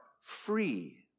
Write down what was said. free